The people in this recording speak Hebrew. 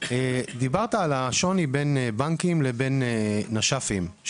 דיברת על השוני בין בנקים לבין נש"פים,